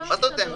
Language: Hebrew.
אודי,